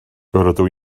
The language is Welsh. rydw